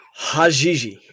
Hajiji